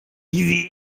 sie